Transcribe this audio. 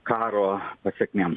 karo pasekmėms